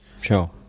Sure